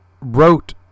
wrote